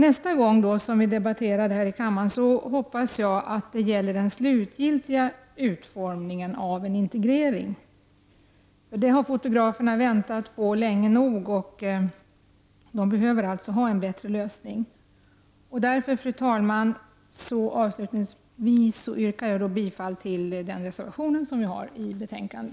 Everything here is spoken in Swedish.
Nästa gång vi debatterar denna fråga i kammaren hoppas jag att det gäller den slutliga utformningen av en integrering. Fotograferna har väntat på detta länge nog redan, och de behöver alltså en bättre lösning. Därför, fru talman, yrkar jag avslutningsvis bifall till vår reservation i detta betänkande.